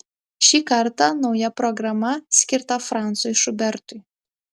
šį kartą nauja programa skirta francui šubertui